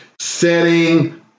setting